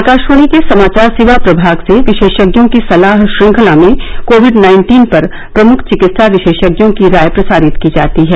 आकाशवाणी के समाचार सेवा प्रभाग से विशेषज्ञों की सलाह श्रृंखला में कोविड नाइन्टीन पर प्रमुख चिकित्सा विशेषज्ञों की राय प्रसारित की जाती है